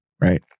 Right